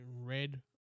red